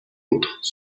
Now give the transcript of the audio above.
autres